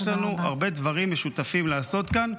יש לנו הרבה דברים משותפים לעשות כאן,